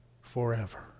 forever